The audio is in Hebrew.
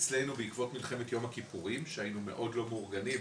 אצלנו בעקבות מלחמת יום הכיפורים שהיינו מאוד לא מאורגנים,